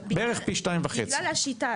ובגלל השיטה,